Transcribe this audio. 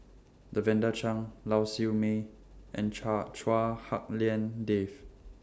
Lavender Chang Lau Siew Mei and Cha Chua Hak Lien Dave